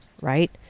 Right